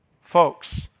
Folks